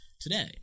today